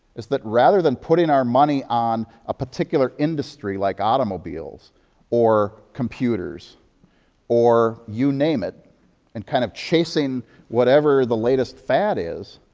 is that, rather than putting our money on a particular industry like automobiles or computers or you name it and kind of chasing whatever the latest fad is,